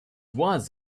was